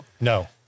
No